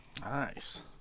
Nice